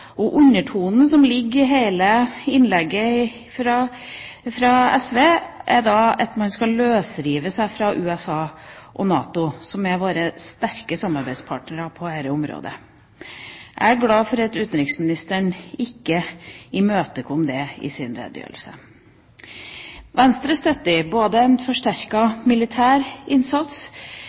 Undertonen som ligger i hele innlegget fra SV, er at man skal løsrive seg fra USA og NATO, som er våre sterke samarbeidspartnere på dette området. Jeg er glad for at utenriksministeren ikke imøtekom det i sin redegjørelse. Venstre støtter en forsterket militær innsats